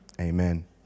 Amen